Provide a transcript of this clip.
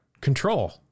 control